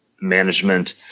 management